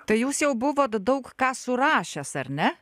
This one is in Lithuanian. tai jūs jau buvo daug ką surašęs ar ne